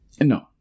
No